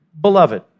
beloved